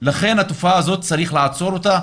לכן התופעה הזאת, צריך לעצור אותה.